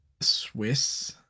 Swiss